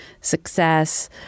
success